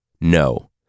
No